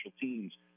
teams